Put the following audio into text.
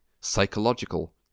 psychological